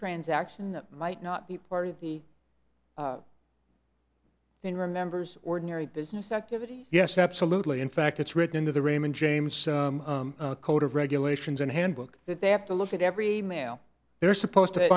transaction that might not be part of the in remembers ordinary business activity yes absolutely in fact it's written into the raymond james code of regulations and handbook that they have to look at every mail they're supposed to